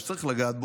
ושצריך לגעת בו,